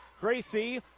Gracie